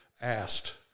asked